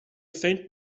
faint